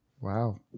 wow